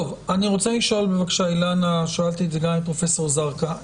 אני רוצה לשאול שאלה ששאלתי גם את פרופ' זרקא.